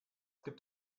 gibt